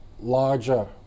larger